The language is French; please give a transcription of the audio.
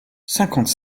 cinquante